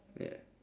ya